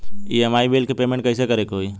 EMI bill के payment कइसे करे के होई?